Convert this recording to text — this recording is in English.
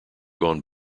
gone